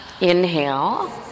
Inhale